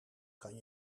kan